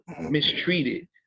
mistreated